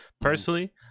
Personally